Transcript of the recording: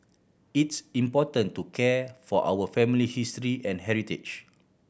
it's important to care for our family history and heritage